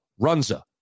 runza